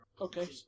Okay